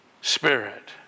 Spirit